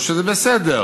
לא שזה בסדר,